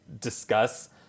discuss